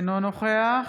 אינו נוכח